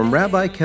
rabbi